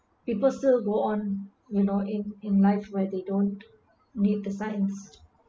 people still go on you know in in life where they don't need the science